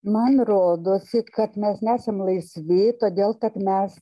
man rodosi kad mes nesam laisvi todėl kad mes